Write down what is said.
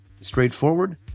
straightforward